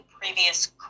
previous